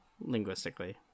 linguistically